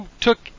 took